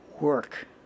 work